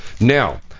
Now